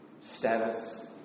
status